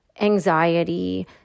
anxiety